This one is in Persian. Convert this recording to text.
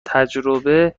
تجربه